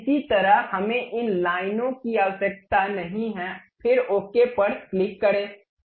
इसी तरह हमें इन लाइनों की आवश्यकता नहीं है फिर ओके पर क्लिक करें